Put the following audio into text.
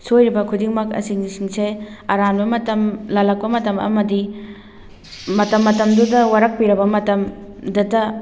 ꯁꯣꯏꯔꯤꯕ ꯈꯨꯗꯤꯡꯃꯛ ꯑꯁꯤ ꯁꯤꯡꯁꯦ ꯑꯔꯥꯟꯕ ꯃꯇꯝ ꯂꯥꯜꯂꯛꯄ ꯃꯇꯝ ꯑꯃꯗꯤ ꯃꯇꯝ ꯃꯇꯝꯗꯨꯗ ꯋꯥꯔꯛꯄꯤꯔꯕ ꯃꯇꯝ ꯗꯇ